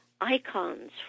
icons